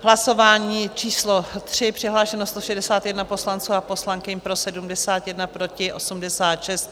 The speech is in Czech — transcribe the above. Hlasování číslo 3, přihlášeno 161 poslanců a poslankyň, pro 71, proti 86.